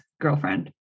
girlfriend